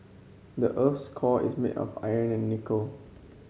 the earth's core is made of iron and nickel